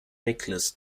nicholas